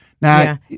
Now